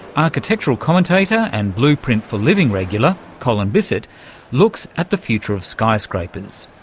architectural commentator and blueprint for living regular colin bisset looks at the future of skyscrapers.